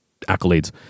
accolades